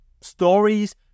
stories